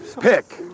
Pick